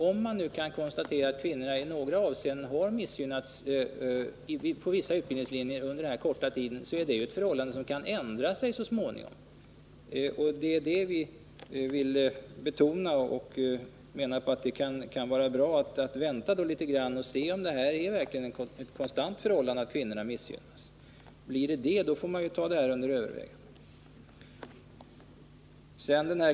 Om man nu kan konstatera att kvinnorna i några avseenden har missgynnats på vissa utbildningslinjer på denna korta tid, är detta ju något som kan ändra sig så småningom. Vi vill betona detta och menar att det kunde vara bra att vänta och se om det verkligen är ett konstant förhållande att kvinnorna missgynnas. Blir det så, får man ta det under övervägande.